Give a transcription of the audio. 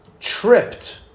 tripped